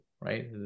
right